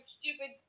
stupid